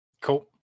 Cool